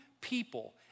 people